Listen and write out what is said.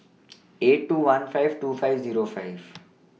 eight two one five two five Zero five